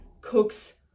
cooks